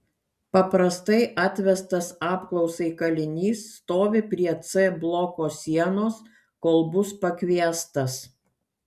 paprastai atvestas apklausai kalinys stovi prie c bloko sienos kol bus pakviestas